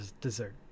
dessert